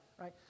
right